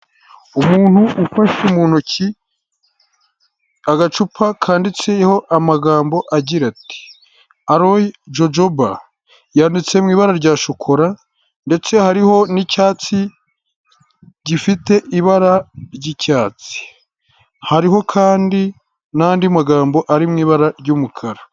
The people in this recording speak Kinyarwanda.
Umuntu ufashe mu ntoki agacupa kanditseho amagambo agira ati, aro jojoba yanditse mu ibara rya shokora, ndetse hariho n'icyatsi gifite ibara ry'icyatsi, hariho kandi n'andi magambo ari mu ibara ry'umukara.